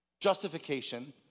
justification